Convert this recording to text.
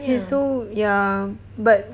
he's so ya but